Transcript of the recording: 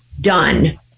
done